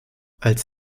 als